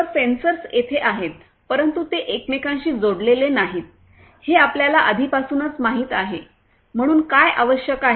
तर सेन्सर्स तेथे आहेत परंतु ते एकमेकांशी जोडलेले नाहीत हे आपल्याला आधीपासूनच माहित आहे म्हणून काय आवश्यक आहे